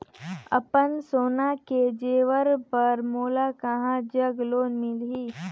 अपन सोना के जेवर पर मोला कहां जग लोन मिलही?